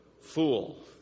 fool